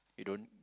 you don't